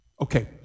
Okay